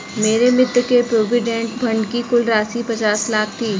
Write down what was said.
मेरे मित्र के प्रोविडेंट फण्ड की कुल राशि पचास लाख थी